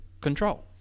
control